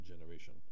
generation